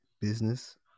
business